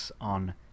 on